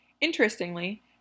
Interestingly